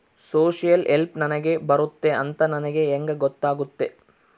Social help ನನಗೆ ಬರುತ್ತೆ ಅಂತ ನನಗೆ ಹೆಂಗ ಗೊತ್ತಾಗುತ್ತೆ?